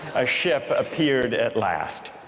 a ship appeared at last.